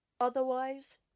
Otherwise